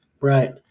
Right